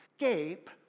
escape